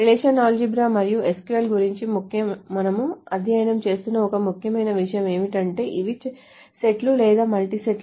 relational algebra మరియు SQL గురించి మనము అధ్యయనం చేస్తున్న ఒక ముఖ్యమైన విషయం ఏమిటంటే ఇవి సెట్లు లేదా మల్టీ సెట్లు